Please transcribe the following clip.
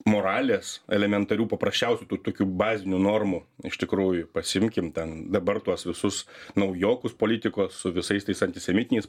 moralės elementarių paprasčiausių tų tokių bazinių normų iš tikrųjų pasiimkim ten dabar tuos visus naujokus politikos su visais tais antisemitiniais